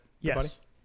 Yes